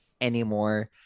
anymore